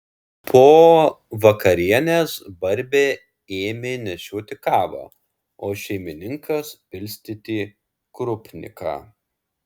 po vakarienės barbė ėmė nešioti kavą o šeimininkas pilstyti krupniką